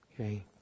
Okay